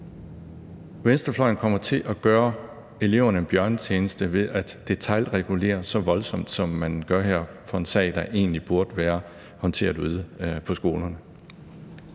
venstrefløjen kommer til at gøre eleverne en bjørnetjeneste ved at detailregulere så voldsomt, som man gør her, på en sag, der egentlig burde være håndteret ude på skolerne.